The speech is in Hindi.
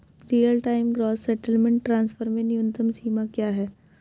Real time gross settlement transfer में न्यूनतम सीमा क्या है?